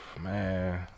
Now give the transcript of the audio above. man